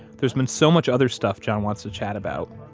there's been so much other stuff john wants to chat about.